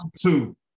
two